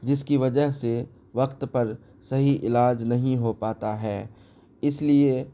جس کی وجہ سے وقت پر صحیح علاج نہیں ہو پاتا ہے اس لیے